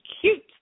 cute